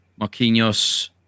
Marquinhos